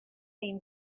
been